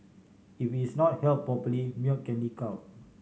if it's not held properly milk can leak out